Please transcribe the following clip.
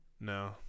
No